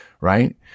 Right